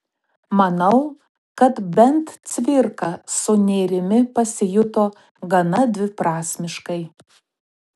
manau kad bent cvirka su nėrimi pasijuto gana dviprasmiškai